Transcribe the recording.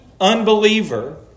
unbeliever